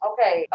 Okay